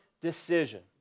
decision